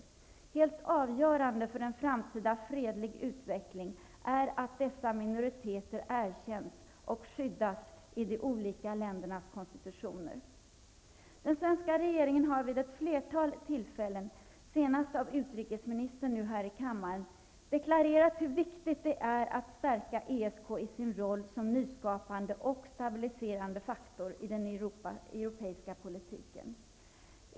Helt avgörande för en framtida fredlig utveckling är att dessa minoriteter erkänns och skyddas i de olika ländernas konstitutioner. Den svenska regeringen har vid ett flertal tillfällen nu senast av utrikesministern här i kammaren deklarerat hur viktigt det är att stärka ESK i sin roll som nyskapande och stabiliserande faktor i den europeiska politiken.